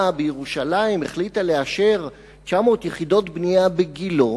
בירושלים החליטה לאשר 900 יחידות דיור בגילה,